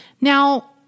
Now